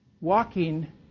Walking